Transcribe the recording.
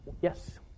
Yes